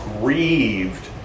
grieved